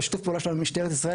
בשיתוף פעולה עם משטרת ישראל,